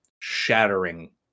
shattering